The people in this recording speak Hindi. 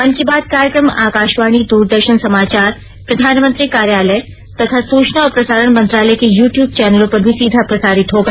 मन की बात कार्यक्रम आकाशवाणी दूरदर्शन समाचार प्रधानमंत्री कार्यालय तथा सूचना और प्रसारण मंत्रालय के यूट्यूब चैनलों पर भी सीधा प्रसारित होगा